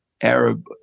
Arab